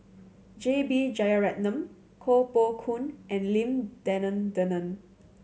J B Jeyaretnam Koh Poh Koon and Lim Denan Denon